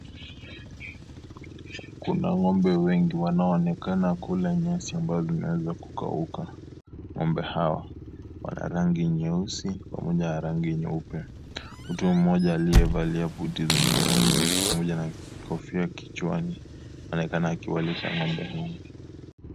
Kuna ngombe wengi wanaonekana kula nyasi ambalo limeweza kukauka, ngombe hawa wana rangi nyeusi pamoja na rangi nyeupe, mtu mmoja aliyevalia buti zenye rangi pamoja na kofia kichwani anaonekana akiwalisha ngombe nyingi.